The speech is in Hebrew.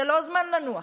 זה לא זמן לנוח.